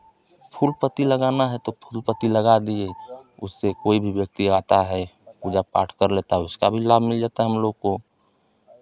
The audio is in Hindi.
फूल पत्ती लगाना है तो फूल पत्ती लगा दिए उससे कोइ भी व्यक्ति आता है पूजा पाठ कर लेता है उसका भी लाभ मिल जाता है हमलोग को